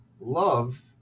Love